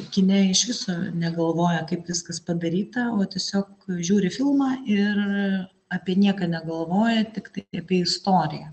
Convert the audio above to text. kine iš viso negalvoja kaip viskas padaryta o tiesiog žiūri filmą ir apie nieką negalvoja tiktai apie istoriją